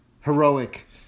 heroic